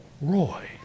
Roy